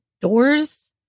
Doors